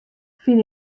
fyn